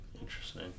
Interesting